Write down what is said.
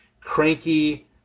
cranky